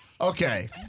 Okay